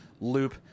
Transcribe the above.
loop